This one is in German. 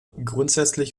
grundsätzlich